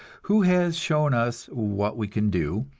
who has shown us what we can do,